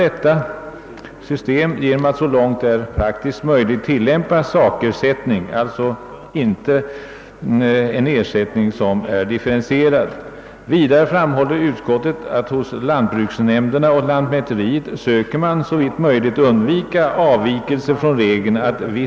Detta sker genom att så långt det är praktiskt möjligt sakersättning tillämpas.» Ersättningen skall alltså inte differentieras. I fortsättningen skriver utskottet: »Enligt remissutlåtandena är det dock regel inom såväl lantbruksnämnderna som lantmäteriet att visst slag av arbete utförs av därför avsedd personalkategori.